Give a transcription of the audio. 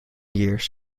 years